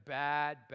bad